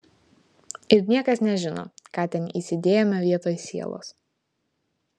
ir niekas nežino ką ten įsidėjome vietoj sielos